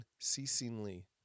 unceasingly